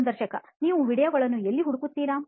ಸಂದರ್ಶಕನೀವು ವೀಡಿಯೊಗಳನ್ನೂ ಎಲ್ಲಿ ಹುಡುಕುತ್ತೀರಿ